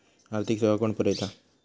आर्थिक सेवा कोण पुरयता?